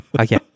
Okay